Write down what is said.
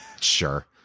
sure